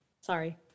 Sorry